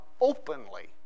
openly